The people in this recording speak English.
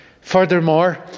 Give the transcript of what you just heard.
Furthermore